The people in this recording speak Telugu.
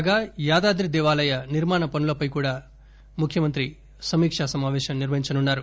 కాగా యాదాద్రి దేవాలయ నిర్మాణ పనులపై కూడా ముఖ్యమంత్రి సమీకా సమాపేశం నిర్వహించనున్నారు